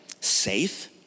safe